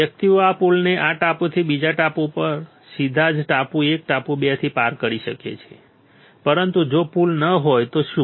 વ્યક્તિઓ આ પુલને આ ટાપુથી બીજા ટાપુ ઉપર સીધા જ ટાપુ 1 ટાપુ 2 થી પાર કરી શકે છે પરંતુ જો પુલ ન હોય તો શું